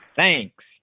Thanks